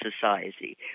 society